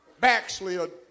backslid